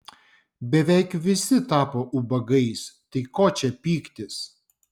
beveik visi tapo ubagais tai ko čia pyktis